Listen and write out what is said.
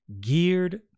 geared